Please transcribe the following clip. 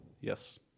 Yes